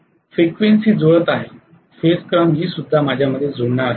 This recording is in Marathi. फ्रिक्वेन्सी जुळत आहे फेज क्रम ही सुद्धा माझ्यामध्ये जुळणार आहे